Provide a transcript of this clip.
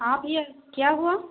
हाँ भैया क्या हुआ